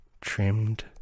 trimmed